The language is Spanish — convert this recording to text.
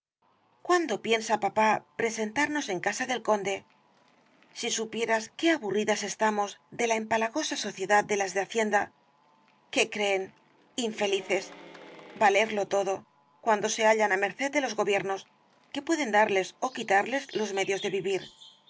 cuándo piensa papá presentarnos en casa del conde si supieras qué aburridas estamos de la empalagosa sociedad de las de hacienda que creen infelices valerlo todo cuando se hallan á merced de los gobiernos que pue den darles ó quitarles los medios de vivir